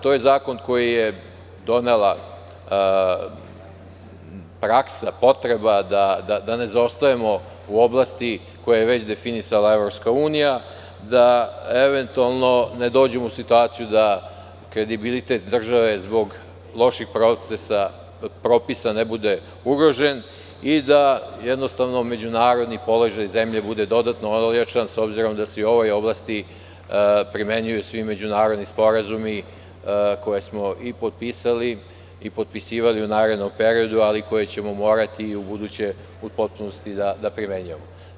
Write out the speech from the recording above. To je zakon koji je donela praksa, potreba, da ne zaostajemo u oblasti koju je već definisala EU, da eventualno ne dođemo u situaciju da kredibilitet države, zbog loših propisa, ne bude ugrožen i da međunarodni položaj zemlje bude dodatno ojačan, s obzirom da se i u ovoj oblasti primenjuju svi međunarodni sporazumi koje smo potpisali i potpisivali u narednom periodu, ali koje ćemo morati i ubuduće u potpunosti da primenjujemo.